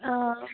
অঁ